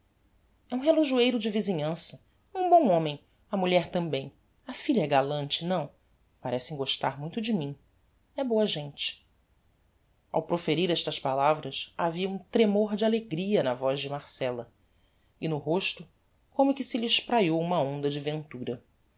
é um relojoeiro de visinhança um bom homem a mulher tambem e a filha é galante não parecem gostar muito de mim é boa gente ao proferir estas palavras havia um tremor de alegria na voz de marcella e no rosto como que se lhe espraiou uma onda de ventura